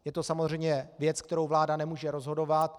Je to samozřejmě věc, kterou vláda nemůže rozhodovat.